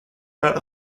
better